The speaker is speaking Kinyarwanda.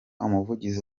umuvugizi